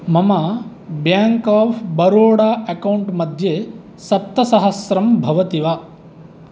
मम bank of Baroda account मध्ये सप्तसहस्रं भवति वा